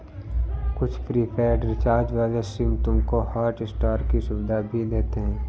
कुछ prepaid recharge वाले SIM तुमको हॉटस्टार की सुविधा भी देते हैं